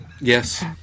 Yes